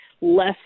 less